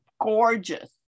gorgeous